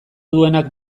duenak